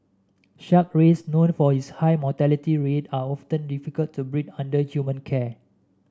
shark rays known for its high mortality rate are often difficult to breed under human care